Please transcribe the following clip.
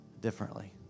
differently